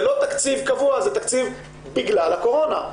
זה לא תקציב קבוע, זה תקציב בגלל הקורונה.